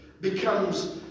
becomes